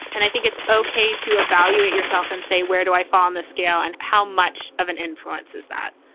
and i think it's ok to evaluate yourself and say, where do i fall on the scale and how much of an influence is that?